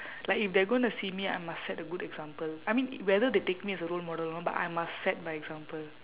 like if they are gonna see me I must set a good example I mean whether they take me as a role model I don't know but I must set by example